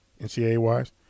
NCAA-wise